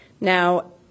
Now